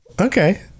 Okay